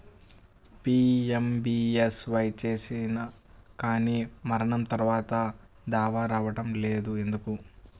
PMBSY చేసినా కానీ మరణం తర్వాత దావా రావటం లేదు ఎందుకు?